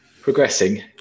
progressing